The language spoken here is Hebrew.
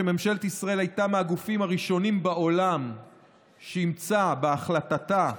שממשלת ישראל הייתה מהגופים הראשונים בעולם שאימצה בהחלטתה,